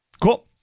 Cool